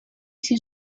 sin